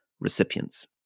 recipients